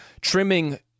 trimming